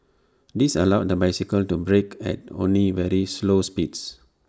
this allowed the bicycle to brake at only very slow speeds